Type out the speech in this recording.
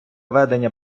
ведення